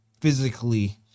physically